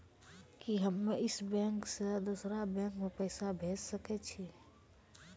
कि हम्मे इस बैंक सें दोसर बैंक मे पैसा भेज सकै छी?